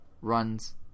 runs